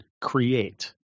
create